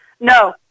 No